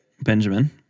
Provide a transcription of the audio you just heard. Benjamin